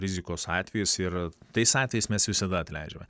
rizikos atvejis ir tais atvejais mes visada atleidžiame